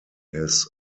his